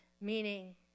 meaning